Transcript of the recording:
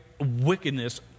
wickedness